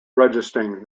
registering